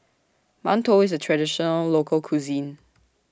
mantou IS A Traditional Local Cuisine